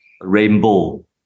Rainbow